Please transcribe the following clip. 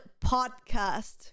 podcast